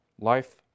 life